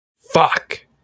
Fuck